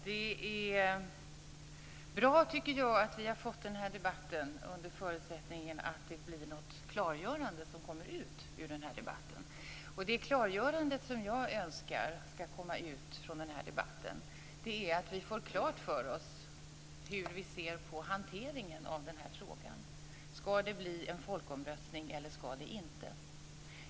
Fru talman! Det är bra att vi har fått denna debatt under förutsättning att det kommer något klargörande ut ur den. Det klargörande som jag önskar är att vi får klart för oss hur vi ser på hanteringen av den här frågan. Ska det bli en folkomröstning eller ska det inte?